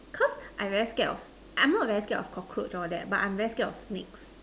caused I very scared of I am not very scared of cockroach all that I am very scared of snakes